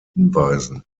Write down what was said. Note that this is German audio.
hinweisen